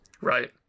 Right